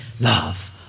love